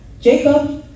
Jacob